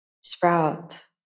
sprout